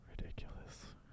ridiculous